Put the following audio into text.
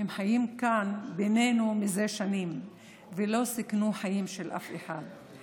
הם חיים כאן בינינו זה שנים ולא סיכנו חיים של אף אחד.